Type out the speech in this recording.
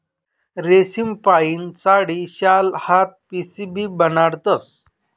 रेशीमपाहीन साडी, शाल, हात पिशीबी बनाडतस